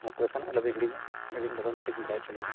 ᱢᱟ ᱛᱚᱵᱮ ᱠᱷᱟᱱ ᱟᱞᱚᱵᱤᱱ ᱦᱤᱲᱤᱧᱟ ᱟᱹᱵᱤᱱ ᱞᱚᱜᱚᱱ ᱢᱮᱥᱮᱡᱽ ᱛᱮᱵᱤᱱ ᱵᱟᱲᱟᱭ ᱦᱚᱪᱚ ᱞᱤᱧᱟ